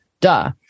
duh